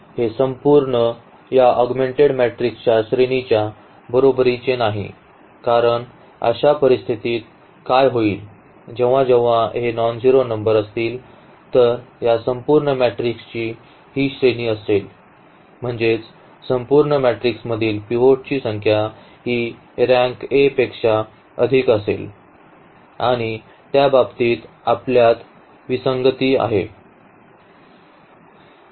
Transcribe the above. आणि हे संपूर्ण या ऑगमेंटेड मॅट्रिक्सच्या श्रेणीच्या बरोबरीचे नाही कारण अशा परिस्थितीत काय होईल जेव्हा जेव्हा हे नॉनझेरो नंबर असतील तर या संपूर्ण मॅट्रिक्सची ही श्रेणी असेल म्हणजेच संपूर्ण मॅट्रिक्समधील पिव्होटची संख्या ही रँक A पेक्षा अधिक असेल आणि त्या बाबतीत आपल्यात विसंगती आहे